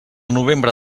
novembre